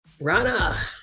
rana